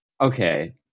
Okay